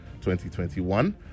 2021